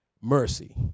mercy